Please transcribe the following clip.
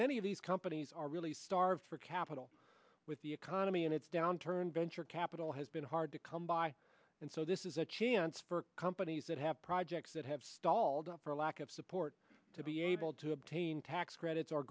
many of these companies are really starved for capital with the economy and it's downturn venture capital has been hard to come by and so this is a chance for companies that have projects that have stalled out for lack of support to be able to obtain tax credits o